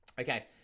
Okay